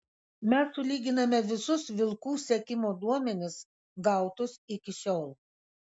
mes sulyginame visus vilkų sekimo duomenis gautus iki šiol